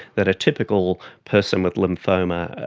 that a typical person with lymphoma,